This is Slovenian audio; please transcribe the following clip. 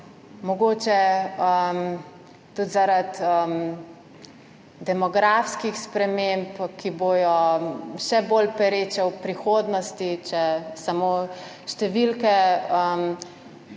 mogoče tudi zaradi demografskih sprememb, ki bodo še bolj pereče v prihodnosti. Če izpostavim